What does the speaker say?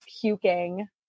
puking